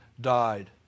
died